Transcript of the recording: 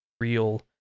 real